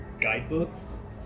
guidebooks